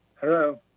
Hello